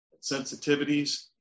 sensitivities